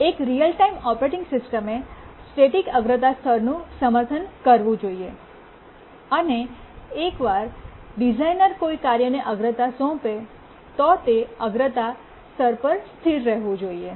એક real time operating સિસ્ટમએ static અગ્રતા સ્તરનું સમર્થન કરવું જોઈએ અને એકવાર ડિઝાઇનર કોઈ કાર્યને અગ્રતા સોંપે તે તે અગ્રતા સ્તર પર સ્થિર રહેવું જોઈએ